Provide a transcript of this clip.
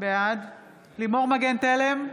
בעד לימור מגן תלם,